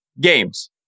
games